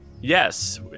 Yes